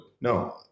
No